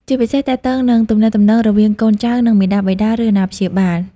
ជាពិសេសទាក់ទងនឹងទំនាក់ទំនងរវាងកូនចៅ និងមាតាបិតា ឬអាណាព្យាបាល។